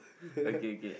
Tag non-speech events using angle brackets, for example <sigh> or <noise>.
<laughs>